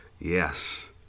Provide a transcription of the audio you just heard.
Yes